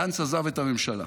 גנץ עזב את הממשלה.